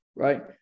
Right